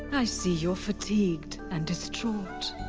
i see you are fatigued and distraught.